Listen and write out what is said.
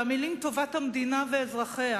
והמלים "טובת המדינה ואזרחיה"